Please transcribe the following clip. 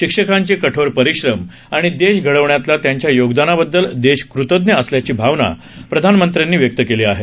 शिक्षकांचे कठोर परिश्रम आणि देश घडवण्यातल्या त्यांच्या योगदानाबददल देश कृतज्ञ असल्याची भावना पंतप्रधानांनी व्यक्त केली आहे